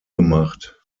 gemacht